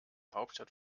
hauptstadt